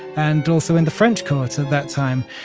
and also in the french court at that time.